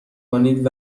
کنید